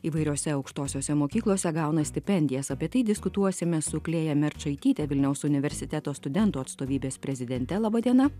įvairiose aukštosiose mokyklose gauna stipendijas apie tai diskutuosime su klėja merčaityte vilniaus universiteto studentų atstovybės prezidente laba diena